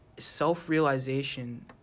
self-realization